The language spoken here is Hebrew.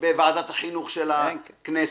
בוועדת החינוך של הכנסת.